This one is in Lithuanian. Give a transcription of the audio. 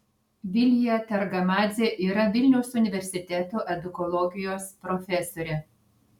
vilija targamadzė yra vilniaus universiteto edukologijos profesorė